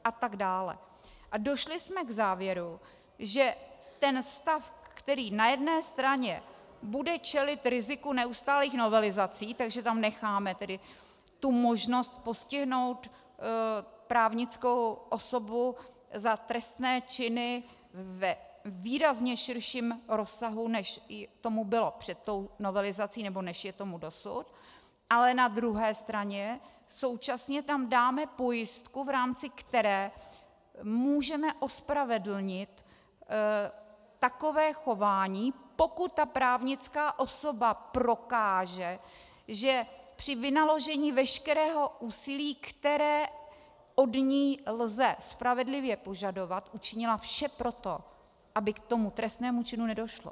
A došli jsme k závěru, že ten stav, který na jedné straně bude čelit riziku neustálých novelizací, takže tam necháme tedy tu možnost postihnout právnickou osobu za trestné činy ve výrazně širším rozsahu, než tomu bylo před tou novelizací nebo než je tomu dosud, ale na druhé straně současně tam dáme pojistku, v rámci které můžeme ospravedlnit takové chování, pokud ta právnická osoba prokáže, že při vynaložení veškerého úsilí, které od ní lze spravedlivě požadovat, učinila vše pro to, aby k tomu trestnému činu nedošlo.